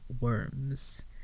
worms